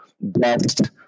best